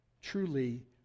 Truly